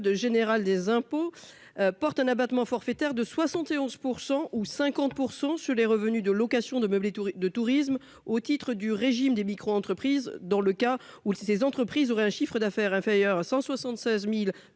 général des impôts, porte un abattement forfaitaire de 71 pour ou 50 % sur les revenus de location de meublés de tourisme au titre du régime des micro-entreprises dans le cas où ces entreprises auraient un chiffre d'affaires inférieur 176200